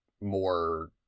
more